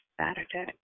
Saturday